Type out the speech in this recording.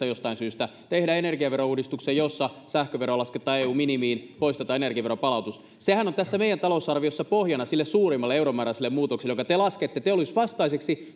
jostain syystä tehdä energiaverouudistuksen jossa sähkövero lasketaan eun minimiin poistetaan energiaveron palautus sehän on tässä meidän talousarviossamme pohjana sille suurimmalle euromääräiselle muutokselle jonka te laskette teollisuusvastaiseksi